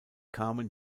kamen